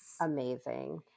amazing